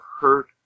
hurt